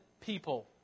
people